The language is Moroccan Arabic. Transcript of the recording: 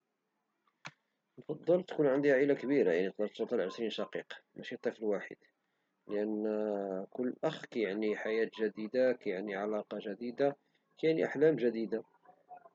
نفضل تكون عندي عائلة كبيرة تقدر توصل حتلى لعشرين شقيق ماشي طفل واحد لأن كل أخ كيعني حياة جديدة كيعني علاقة جديدة كيعني أحلام جديدة